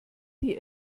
die